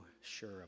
sure